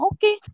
Okay